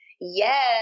Yes